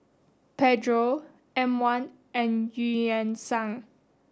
Pedro M One and Eu Yan Sang